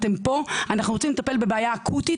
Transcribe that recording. אתם פה ואנחנו רוצים לטפל בבעיה אקוטית,